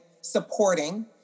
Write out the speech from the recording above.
supporting